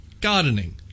Gardening